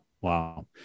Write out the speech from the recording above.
Wow